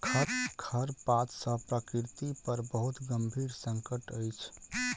खरपात सॅ प्रकृति पर बहुत गंभीर संकट अछि